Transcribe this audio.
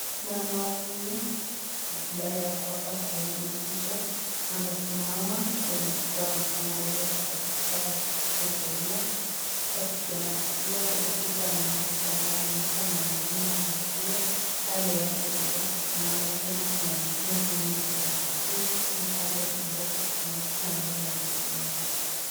Mama huyo ambaye ako katika hili picha amesimama , kuna kitu amefungulia kwa kitu kama sufuria ,kwa kitu ya maziwa, kuna kitu anaingiza ndani ni kama anapima maziwa, kando yake kidogo tunaona tena kuna mtungi mingi ya maziwa na kando kidogo kuna mtu ambaye amesimama pia.